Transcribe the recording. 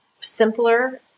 simpler